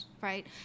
right